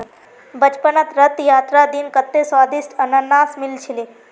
बचपनत रथ यात्रार दिन कत्ते स्वदिष्ट अनन्नास मिल छिले